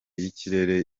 y’ikirere